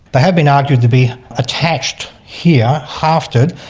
they have been argued to be attached here, hafted,